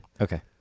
Okay